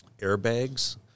airbags